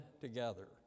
together